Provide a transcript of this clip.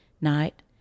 night